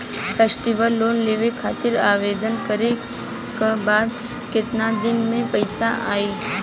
Festival loan लेवे खातिर आवेदन करे क बाद केतना दिन म पइसा आई?